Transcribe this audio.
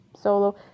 solo